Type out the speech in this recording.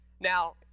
Now